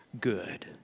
good